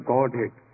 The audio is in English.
Godhead